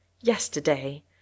Yesterday